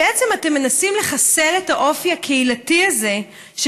בעצם אתם מנסים לחסל את האופי הקהילתי הזה של